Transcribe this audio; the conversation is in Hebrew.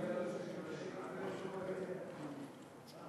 תודה.